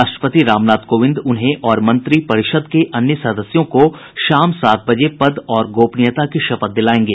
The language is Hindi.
राष्ट्रपति रामनाथ कोविंद उन्हें और मंत्रिपरिषद के अन्य सदस्यों को शाम सात बजे पद और गोपनीयता की शपथ दिलाएंगे